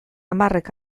hamarrek